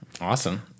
Awesome